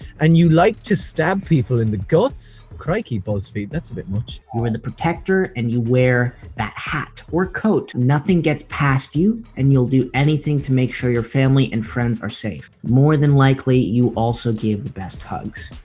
and you like to stab people in the guts. crikey, buzzfeed that's a bit much. you are the protector and you wear that hat or coat. nothing gets past you and you'll do anything to make sure your family and friends are safe. more than likely, you also give the best hugs,